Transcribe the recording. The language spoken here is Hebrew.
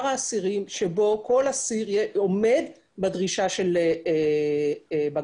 האסירים שבו כל אסיר עומד בדרישה של בג"ץ.